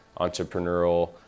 entrepreneurial